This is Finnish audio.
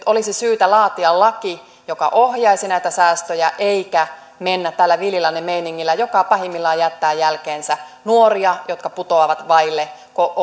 olisi syytä laatia laki joka ohjaisi näitä säästöjä eikä mennä tällä villin lännen meiningillä joka pahimmillaan jättää jälkeensä nuoria jotka putoavat vaille